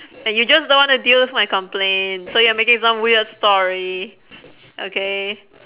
and you just don't wanna deal with my complaint so you're making some weird story okay